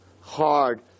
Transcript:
hard